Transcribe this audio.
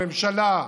הממשלה,